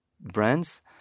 brands